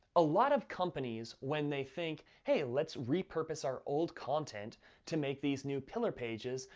a lot of companies, when they think, hey, let's repurpose our old content to make these new pillar pages,